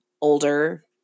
older